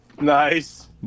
Nice